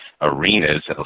arenas